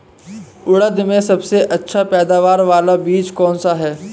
उड़द में सबसे अच्छा पैदावार वाला बीज कौन सा है?